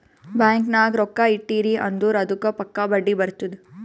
bank ನಾಗ್ ರೊಕ್ಕಾ ಇಟ್ಟಿರಿ ಅಂದುರ್ ಅದ್ದುಕ್ ಪಕ್ಕಾ ಬಡ್ಡಿ ಬರ್ತುದ್